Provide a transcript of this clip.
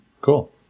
Cool